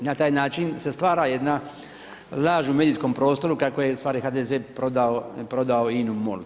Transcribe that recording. I na taj način se stvara jedna laž u medijskom prostoru kako je ustvari HDZ prodao INA-u MOL-u.